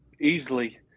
easily